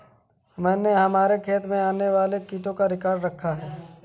मैंने हमारे खेत में आने वाले कीटों का रिकॉर्ड रखा है